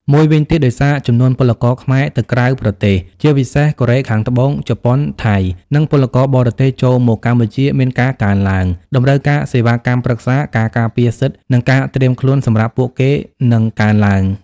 មួយវិញទៀត ដោយសារចំនួនពលករខ្មែរទៅក្រៅប្រទេស (ជាពិសេសកូរ៉េខាងត្បូង ជប៉ុន ថៃ) និងពលករបរទេសចូលមកកម្ពុជាមានការកើនឡើង តម្រូវការសេវាកម្មប្រឹក្សា ការការពារសិទ្ធិ និងការត្រៀមខ្លួនសម្រាប់ពួកគេនឹងកើនឡើង។